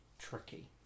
tricky